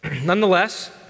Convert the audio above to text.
nonetheless